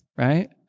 Right